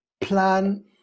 Plan